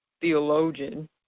theologian